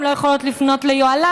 הן לא יכולות לפנות ליוהל"ם,